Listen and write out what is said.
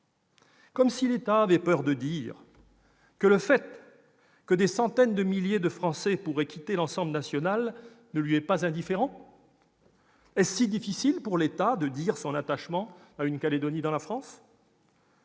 Comme s'il avait peur de dire que le fait que des centaines de milliers de Français pourraient quitter l'ensemble national ne lui est pas indifférent. Est-ce si difficile pour l'État de dire son attachement à une Nouvelle-Calédonie dans la France ?